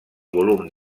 volum